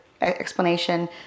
explanation